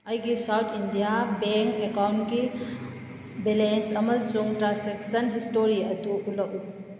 ꯑꯩꯒꯤ south India bank ꯑꯦꯀꯥꯎꯟꯒꯤ balance ꯑꯃꯁꯨꯡ ꯇ꯭ꯔꯥꯟꯁꯦꯛꯁꯟ ꯍꯤꯁꯇꯣꯔꯤ ꯑꯗꯨ ꯎꯠꯂꯛꯎ